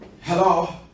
Hello